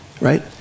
Right